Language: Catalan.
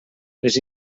les